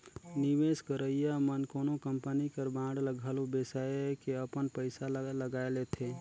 निवेस करइया मन कोनो कंपनी कर बांड ल घलो बेसाए के अपन पइसा ल लगाए लेथे